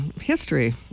history